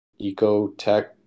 EcoTech